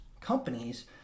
companies